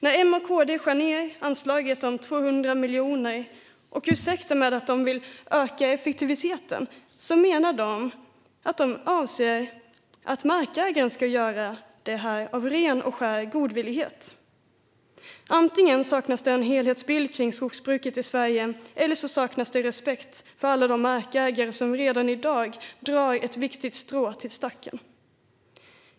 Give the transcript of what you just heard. När M och KD skär ned anslaget om 200 miljoner kronor och ursäktar det med att de vill öka effektiviteten, så menar de att markägare ska göra det av ren och skär godvillighet. Antingen saknas det en helhetsbild kring skogsbruket i Sverige eller så saknas det respekt för alla de markägare som redan i dag drar ett viktigt strå till stacken.